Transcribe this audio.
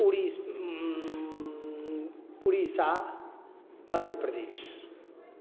Uri Orissa Madhya Pradesh